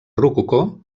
rococó